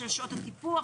של שעות הטיפוח,